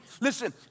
listen